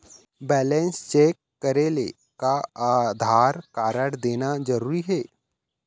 Balance check करेले का Aadhaar card देना जरूरी हे?